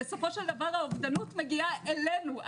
בסופו של דבר האובדנות מגיעה אלינו,